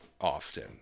often